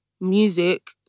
music